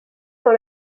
dans